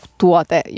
tuote